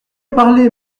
parlez